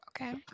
okay